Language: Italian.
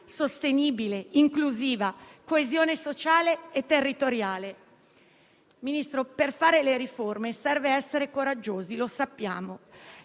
sostenibile e inclusiva, coesione sociale e territoriale. Signor Ministro, per fare le riforme serve essere coraggiosi, lo sappiamo,